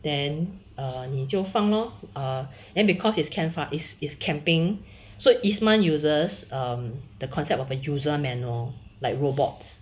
then err 你就放 lor err then because it's camp fire~ is camping so isman uses the concept of a user manual like robots